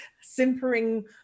simpering